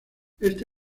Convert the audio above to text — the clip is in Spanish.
este